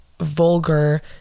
vulgar